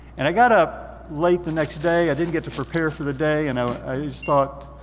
and i got up late the next day. i didn't get to prepare for the day. and i just thought,